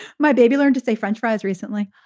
my baby learned to say french fries recently.